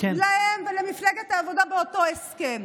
להם ולמפלגת העבודה באותו הסכם.